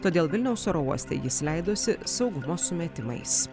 todėl vilniaus oro uoste jis leidosi saugumo sumetimais